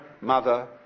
mother